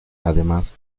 además